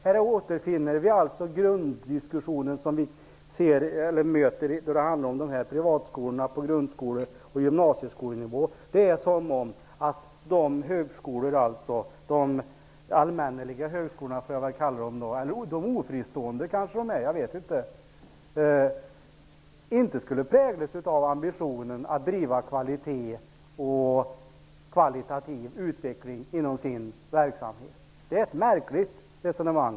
Här återfinner vi alltså den grunddiskussion som vi möter när det handlar om privatskolorna på grundskole och gymnasieskolenivå. Det är som om de allmänneliga högskolorna -- jag kallar dem så, kanske är de ''ofristående'' -- inte skulle präglas av ambitionen att driva kvaliteten och kvalitativ utveckling i sin verksamhet. Det är ett märkligt resonemang.